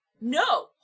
no